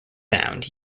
sound